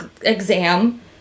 exam